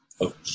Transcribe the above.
Okay